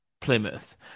Plymouth